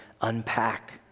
unpack